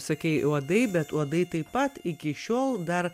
sakei uodai bet uodai taip pat iki šiol dar